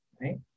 right